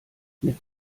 mit